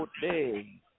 day